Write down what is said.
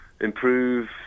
improve